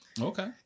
Okay